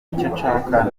nshaka